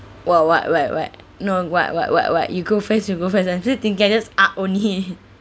!wah! what what what no what what what what you go first you go first I'm still thinking I just ah only